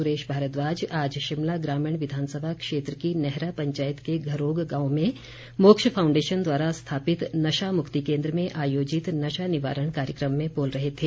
सुरेश भारद्वाज आज शिमला ग्रामीण विधानसभा क्षेत्र की नेहरा पंचायत के घरोग गांव में मोक्ष फाउंडेशन द्वारा स्थापित नशा मुक्ति केन्द्र में आयोजित नशा निवारण कार्यक्रम में बोल रहे थे